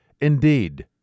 Indeed